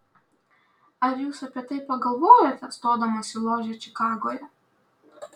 ar jūs apie tai pagalvojote stodamas į ložę čikagoje